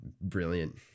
brilliant